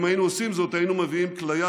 אם היינו עושים זאת, היינו מביאים כליה